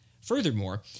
Furthermore